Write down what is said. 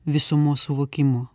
visumos suvokimu